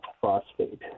phosphate